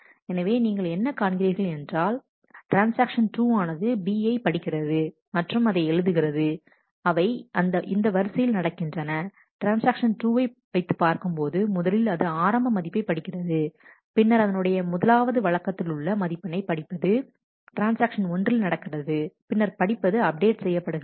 எனவே நீங்கள் என்ன காண்கிறீர்கள் என்றால் ட்ரான்ஸ்ஆக்ஷன் 2 ஆனது B யை படிக்கிறது மற்றும் அதை எழுதுகிறது அவை இந்த வரிசையில் நடக்கின்றன ட்ரான்ஸ்ஆக்ஷன் 2 வைத்துப் பார்க்கும்போது முதலில் அது ஆரம்ப மதிப்பை படிக்கிறது பின்னர் அதனுடைய முதலாவது வழக்கத்திலுள்ள மதிப்பினை படிப்பது ட்ரான்ஸ்ஆக்ஷன் ஒன்றில் நடக்கிறது பின்னர் படிப்பது அப்டேட் செய்யப்படுகிறது